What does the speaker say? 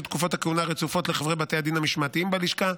תקופות הכהונה הרצופות לחברי בתי הדין המשמעתיים בלשכה,